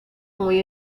muy